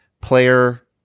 player